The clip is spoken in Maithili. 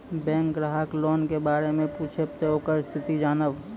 बैंक ग्राहक लोन के बारे मैं पुछेब ते ओकर स्थिति जॉनब?